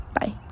Bye